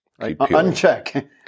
Uncheck